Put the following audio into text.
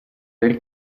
del